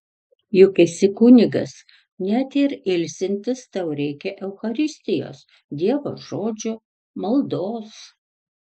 juk esi kunigas net ir ilsintis tau reikia eucharistijos dievo žodžio maldos